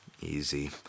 easy